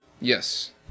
Yes